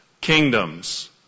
kingdoms